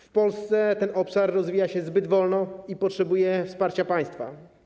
W Polsce ten obszar rozwija się zbyt wolno i potrzebuje wsparcia państwa.